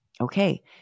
okay